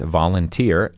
volunteer